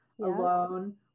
alone